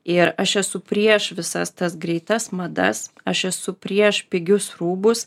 ir aš esu prieš visas tas greitas madas aš esu prieš pigius rūbus